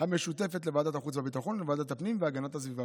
המשותפת לוועדת החוץ והביטחון ולוועדת הפנים והגנת הסביבה.